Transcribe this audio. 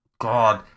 God